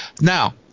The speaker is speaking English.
now